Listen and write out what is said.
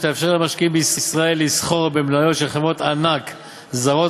שתאפשר למשקיעים בישראל לסחור במניות של חברות ענק זרות